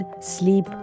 sleep